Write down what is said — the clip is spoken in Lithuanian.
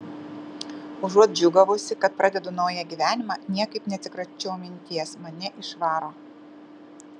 užuot džiūgavusi kad pradedu naują gyvenimą niekaip neatsikračiau minties mane išvaro